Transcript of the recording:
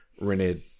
rented